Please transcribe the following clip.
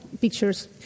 pictures